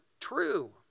true